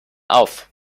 auf